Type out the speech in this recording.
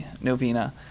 novena